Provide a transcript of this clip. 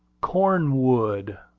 cornwood,